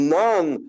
none